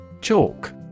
Chalk